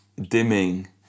dimming